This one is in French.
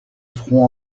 front